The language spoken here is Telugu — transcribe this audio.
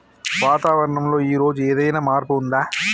వాతావరణం లో ఈ రోజు ఏదైనా మార్పు ఉందా?